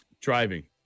Driving